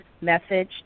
message